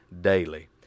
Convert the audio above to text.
daily